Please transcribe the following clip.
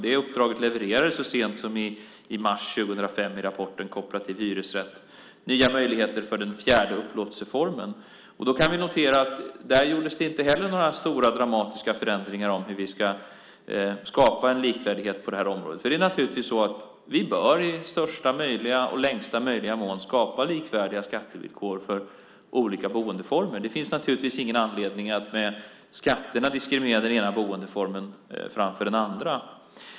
Det uppdraget levererades så sent som i mars 2005 i rapporten Kooperativ hyresrätt - Nya möjligheter för den fjärde upplåtelseformen . Vi kan notera att där gjordes det inte heller några stora dramatiska förändringar för hur vi ska skapa en likvärdighet på detta område. Vi bör i största och längsta möjliga mån skapa likvärdiga skattevillkor för olika boendeformer. Det finns ingen anledning att med skatterna diskriminera den ena boendeformen framför den andra.